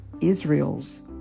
Israel's